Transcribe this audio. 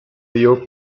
dio